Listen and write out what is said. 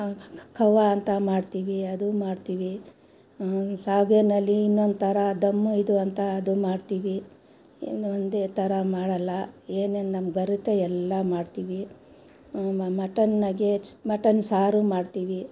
ಖವ್ವಾ ಅಂತ ಮಾಡ್ತೀವಿ ಅದು ಮಾಡ್ತೀವಿ ಶಾವ್ಗೆನಲ್ಲಿ ಇನ್ನೊಂದು ಥರ ದಮ್ಮು ಇದು ಅಂತ ಅದು ಮಾಡ್ತೀವಿ ಇನ್ನು ಒಂದೇ ಥರ ಮಾಡೋಲ್ಲ ಏನೇನು ನಮಗೆ ಬರುತ್ತೆ ಎಲ್ಲ ಮಾಡ್ತೀವಿ ಮಟನ್ ನಗ್ಗೆಟ್ಸ್ ಮಟನ್ ಸಾರು ಮಾಡ್ತೀವಿ